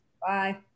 Bye